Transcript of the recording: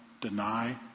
deny